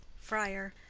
friar.